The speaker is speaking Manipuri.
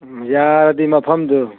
ꯎꯝ ꯌꯥꯔꯗꯤ ꯃꯐꯝꯗꯣ